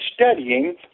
studying